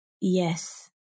Yes